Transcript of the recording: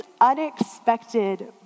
unexpected